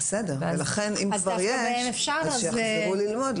בסדר, ולכן אם כבר יש, אז שיחזרו ללמוד.